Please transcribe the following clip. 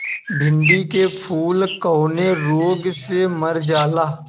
भिन्डी के फूल कौने रोग से मर जाला?